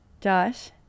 Josh